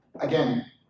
again